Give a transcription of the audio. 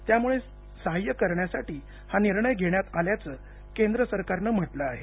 त्यामुळे साह्य करण्यासाठी हा निर्णय घेण्यात आल्याचं केंद्र सरकारनं म्हटलं आहे